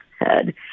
head